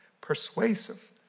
persuasive